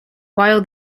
while